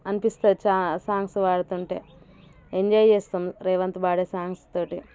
అనిపిస్తుంది సాంగ్స్ పాడుతుంటే ఎంజాయ్ చేస్తాము రేవంత్ పాడే సాంగ్స్తో